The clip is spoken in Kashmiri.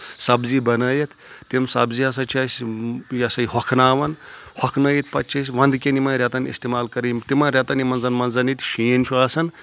سبزی بَنٲیِتھ تِم سبزی ہَسا چھِ اَسہِ یہِ ہَسا ہۄکھناوَان ہۄکھنٲیِتھ پَتہٕ چھِ أسۍ وَندٕ کؠن یِمَن رؠتَن اِستعمال کَرٕنۍ تِمَن رؠتَن یِمَن زَن منٛز ییٚتہِ شیٖن چھُ آسان